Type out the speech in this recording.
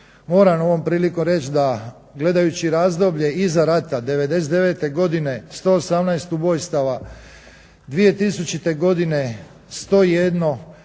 Moram ovom prilikom reći da gledajuće razdoblje iza rata '99.-te godine 118 ubojstava, 2000. godine 101,